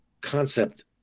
concept